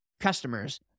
customers